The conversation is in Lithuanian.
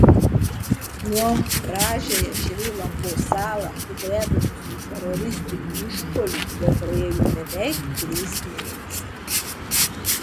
nuo gražiąją šri lankos salą sudrebinusių teroristinių išpuolių jau praėjo beveik trys mėnesiai